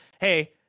hey